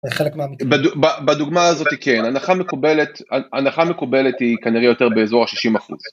בדוגמה הזאת כן, הנחה מקובלת היא כנראה יותר באזור ה-60%.